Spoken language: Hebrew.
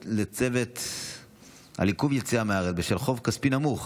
לצוות על עיכוב יציאה מהארץ בשל חוב כספי נמוך),